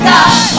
God